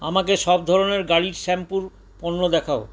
আমাকে সব ধরণের গাড়ির শ্যাম্পুর পণ্য দেখাও